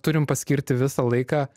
turim paskirti visą laiką